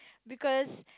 because